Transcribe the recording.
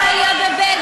באוסטרליה,